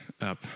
up